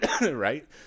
right